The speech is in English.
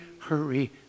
hurry